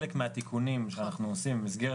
חלק מהתיקונים שאנחנו עושים במסגרת